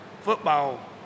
football